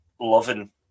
loving